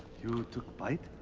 you took bite?